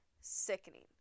sickening